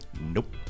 Nope